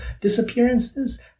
disappearances